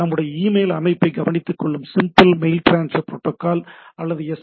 நம்முடைய email அமைப்பை கவனித்துக்கொள்ளும் சிம்பிள் மெயில் டிரான்ஸ்ஃபர் புரோட்டோக்கால் அல்லது எஸ்